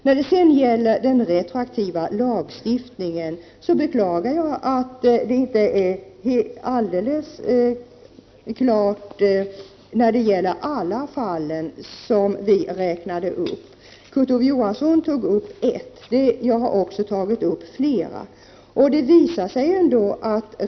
När det gäller den retroaktiva lagstiftningen beklagar jag att det inte blev alldeles klart angående alla de fall som vi räknade upp. Kurt Ove Johansson tog upp ett fall, och jag har tagit upp flera.